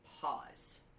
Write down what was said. pause